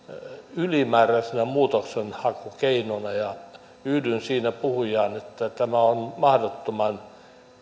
ylimääräisenä muutoksenhakukeinona yhdyn siinä puhujaan että tämä on mahdottoman